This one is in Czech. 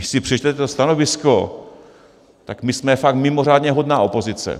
Když si přečtete stanovisko, tak my jsme fakt mimořádně hodná opozice.